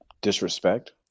disrespect